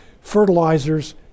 Fertilizers